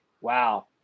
wow